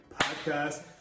Podcast